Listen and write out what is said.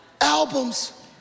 albums